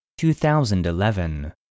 2011